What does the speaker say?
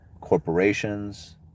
corporations